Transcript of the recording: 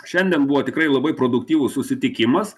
šiandien buvo tikrai labai produktyvūs susitikimas